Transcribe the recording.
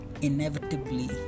inevitably